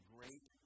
Great